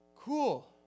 cool